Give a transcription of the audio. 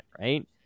right